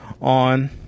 on